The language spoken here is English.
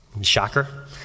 shocker